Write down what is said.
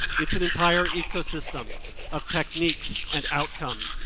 it's an entire ecosystem of techniques and outcomes.